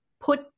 put